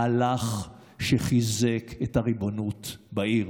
מהלך שחיזק את הריבונות בעיר.